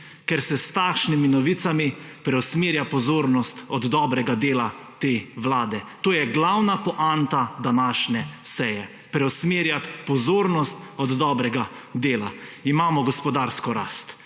ker se s takšnimi novicami preusmerja pozornost od dobrega dela te vlade. To je glavna poanta današnje seje. Preusmerjati pozornost od dobrega dela. Imamo gospodarsko rast,